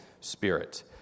spirit